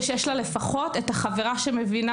זה שיש לה לפחות את החברה שמבינה.